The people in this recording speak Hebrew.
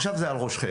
עכשיו זה על ראשכם.